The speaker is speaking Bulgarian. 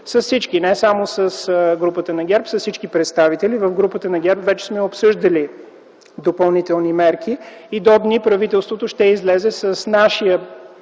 с всички, а не само с групата на ГЕРБ, а с всички представители. В групата на ГЕРБ вече сме обсъждали допълнителни мерки и до дни правителството ще излезе нашия